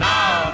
Now